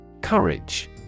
Courage